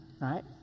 right